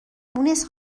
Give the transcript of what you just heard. مونس